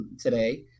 today